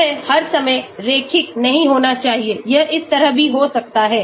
यह हर समय रैखिक नहीं होना चाहिए यह इस तरह भी हो सकता है